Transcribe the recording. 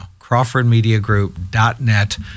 CrawfordMediaGroup.net